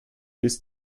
bis